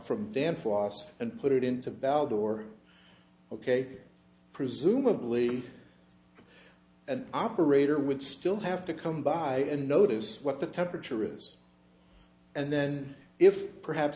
from dan foster and put it into valid or ok presumably an operator would still have to come by and notice what the temperature is and then if perhaps